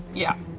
yeah.